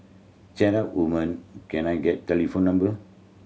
chat up woman can l get telephone number